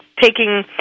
taking